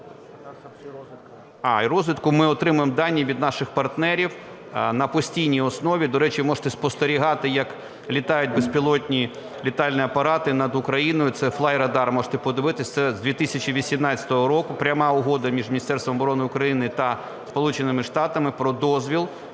І розвідка. Ми отримуємо дані від наших партнерів на постійній основі. До речі, можете спостерігати, як літають безпілотні літальні апарати над Україною, це флайрадар можете подивитись. Це з 2018 року пряма угода між Міністерством оборони України та Сполученими